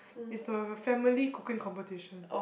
it's the family cooking competition